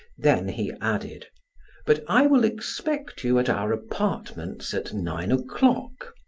then he added but i will expect you at our apartments at nine o'clock.